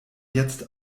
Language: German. jetzt